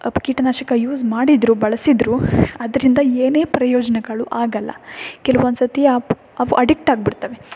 ಕೀಟನಾಶಕ ಯೂಸ್ ಮಾಡಿದ್ದರೂ ಬಳಸಿದ್ದರೂ ಅದರಿಂದ ಏನೇ ಪ್ರಯೋಜನಗಳು ಆಗೋಲ್ಲ ಕೆಲವೊಂದ್ಸತಿ ಅವು ಅಡಿಕ್ಟ್ ಆಗಿಬಿಡ್ತವೆ